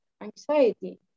anxiety